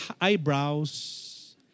eyebrows